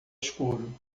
escuro